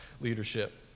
leadership